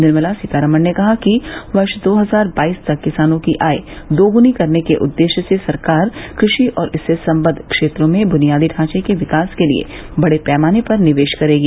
निर्मला सीतारामन ने कहा कि वर्ष दो हजार बाईस तक किसानों की आय दोगुनी करने के उद्देश्य से सरकार क्रषि और इससे सम्बद्व क्षेत्रों में बुनियादी ढांचे के विकास के लिए बड़े पैमाने पर निवेश करेगी